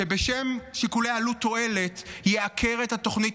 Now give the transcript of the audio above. שבשם שיקולי עלות תועלת יעקר את התוכנית